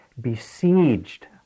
besieged